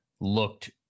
looked